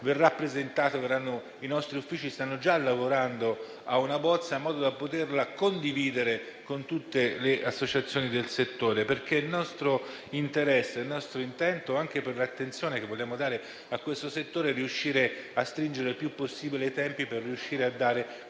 i nostri uffici stanno già lavorando a una bozza, in modo da poterla condividere con tutte le associazioni del settore, perché è nostro interesse e nostro intento, anche per l'attenzione che vogliamo dare a questo settore, riuscire a stringere il più possibile i tempi per giungere finalmente